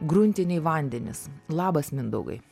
gruntiniai vandenys labas mindaugai